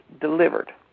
delivered